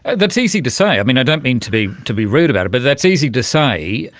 that's easy to say, i mean, i don't mean to be to be rude about it but that's easy to say,